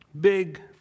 big